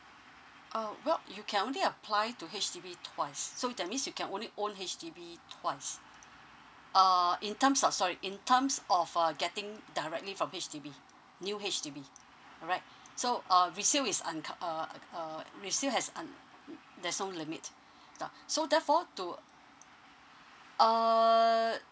uh well you can only apply to H_D_B twice so that means you can only own H_D_B twice uh in terms of sorry in terms of uh getting directly from H_D_B new H_D_B alright so uh resale is unca~ uh uh resale has un~ there's no limit now so therefore to err